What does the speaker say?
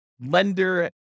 lender